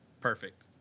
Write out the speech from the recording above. perfect